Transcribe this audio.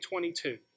2022